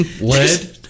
Lead